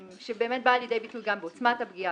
שבאה לידי ביטוי גם בעוצמת הפגיעה,